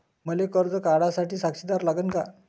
मले कर्ज काढा साठी साक्षीदार लागन का?